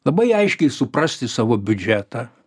labai aiškiai suprasti savo biudžetą